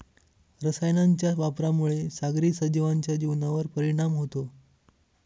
रसायनांच्या वापरामुळे सागरी सजीवांच्या जीवनावर परिणाम होतो